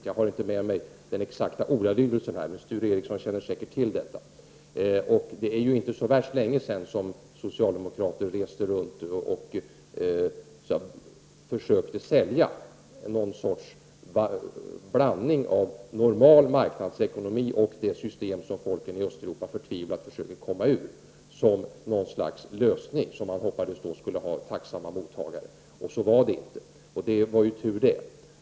Jag har inte med mig den exakta ordalydelsen, men Sture Ericson känner säkert till detta. Och det är inte så värst länge sedan som socialdemokrater reste runt och försökte sälja någon sorts blandning av normal marknadsekonomi och det system som folket i Östeuropa förtvivlat försöker komma ur, som en lösning som man då hoppades skulle ha tacksamma mottagare. Så var det inte, och det var tur det.